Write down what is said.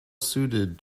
suited